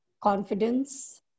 confidence